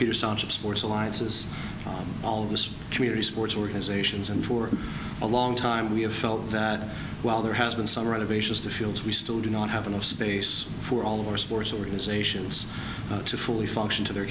peter sonship sports alliances all of the community sports organizations and for a long time we have felt that while there has been some renovations to fields we still do not have enough space for all of our sports organizations to fully function to their